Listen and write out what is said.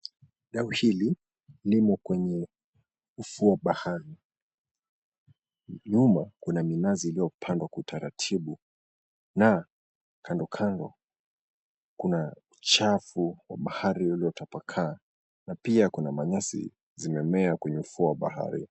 Dau hili limo kwenye ufuo wa bahari. Nyuma kuna minazi iliyopangwa kwa utaratibu, na kando kando kuna uchafu wa bahari uliotapakaa. Na pia kuna manyasi, zimemea kwenye ufuo wa bahari.